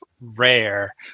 rare